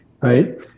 right